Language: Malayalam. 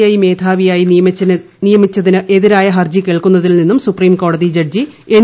ഐ മേധാവിയായി നിയമിച്ചതിനെതിരായ ഹർജി ് കേൾക്കുന്നതിൽ നിന്നും സുപ്രീംകോടതി ജഡ്ജി എൻ